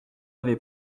avait